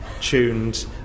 tuned